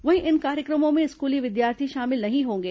वहीं इन कार्यक्रमों में स्कूली विद्यार्थी शामिल नहीं होंगे